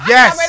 Yes